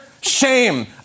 shame